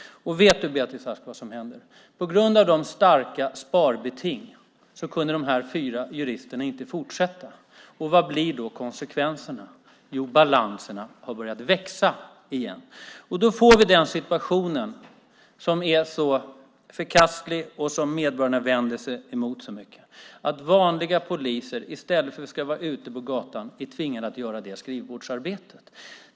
Och vet du vad som hände, Beatrice Ask? På grund av de hårda sparbetingen kunde de fyra juristerna inte fortsätta. Vad blir konsekvensen? Jo, balanserna har börjat växa igen. Då får vi den situation som är så förkastlig och som medborgarna kraftigt vänder sig mot, nämligen att vanliga poliser i stället för att vara ute på gatorna är tvingade att göra skrivbordsarbetet.